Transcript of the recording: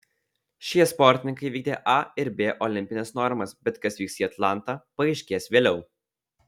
šie sportininkai įvykdė a ir b olimpines normas bet kas vyks į atlantą paaiškės vėliau